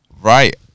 Right